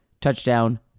touchdown